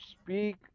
speak